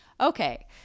okay